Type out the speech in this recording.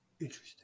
Interesting